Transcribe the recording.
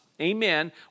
amen